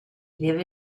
debe